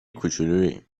کوچولویی